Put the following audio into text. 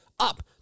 Up